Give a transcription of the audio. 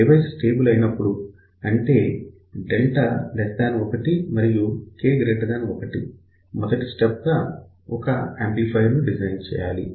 device stable అయినప్పుడు అంటే 1మరియు K 1 మొదటి స్టెప్ గా ఒక యాంప్లిఫయర్ ను డిజైన్ చేయాలి